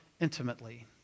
intimately